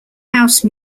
house